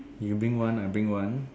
you bring one I bring one